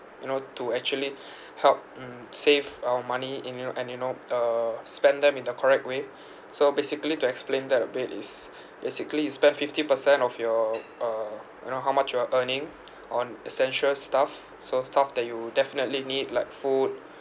you know to actually help mm save our money in you and you know uh spend them in the correct way so basically to explain that a bit is basically you spend fifty percent of your uh you know how much you are earning on essential stuff so stuff that you definitely need like food